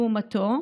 לעומתו,